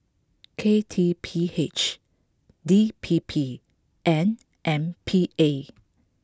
K T P H D P P and M P A